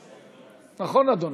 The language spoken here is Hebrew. נכון, אדוני?